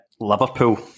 Liverpool